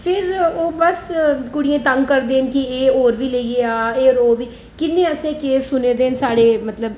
फिर ओह् बस कुड़ियें ई तंग करदे न कि एह् होर बी लेइयै आ एह् होर बी किन्ने असें केस सुनें दे न साढ़े मतलब